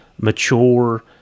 mature